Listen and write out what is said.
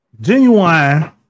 genuine